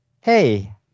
Hey